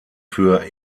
für